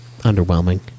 Underwhelming